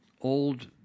old